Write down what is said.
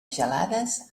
gelades